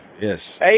Yes